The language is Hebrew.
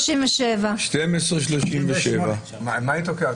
12:37. 12:37. על מה אני תוקע?